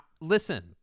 Listen